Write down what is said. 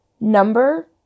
Number